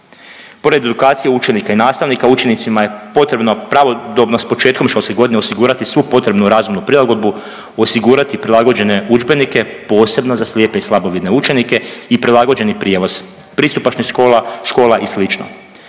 Pored edukacije učenika i nastavnika učenicima je potrebno pravodobno s početkom školske godine osigurati svu potrebnu razumnu prilagodbu, osigurati prilagođene učenike, posebno za slijepe i slabovidne učenike i prilagođeni prijevoz, pristupačnost škola, škola